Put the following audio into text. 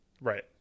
Right